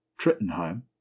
Trittenheim